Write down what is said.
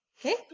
okay